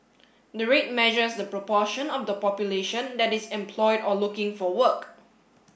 the rate measures the proportion of the population that is employed or looking for work